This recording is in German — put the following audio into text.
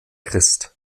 christ